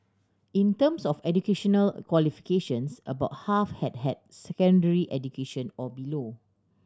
in terms of educational qualifications about half had had secondary education or below